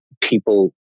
people